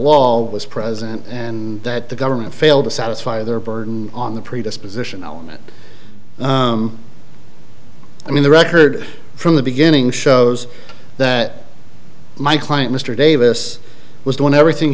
law was present and that the government failed to satisfy their burden on the predisposition element i mean the record from the beginning shows that my client mr davis was doing everything